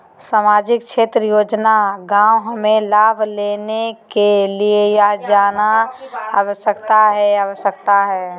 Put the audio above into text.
सामाजिक क्षेत्र योजना गांव हमें लाभ लेने के लिए जाना आवश्यकता है आवश्यकता है?